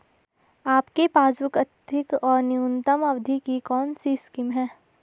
आपके पासबुक अधिक और न्यूनतम अवधि की कौनसी स्कीम है?